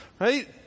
right